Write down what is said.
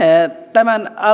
tämän